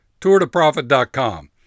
tourtoprofit.com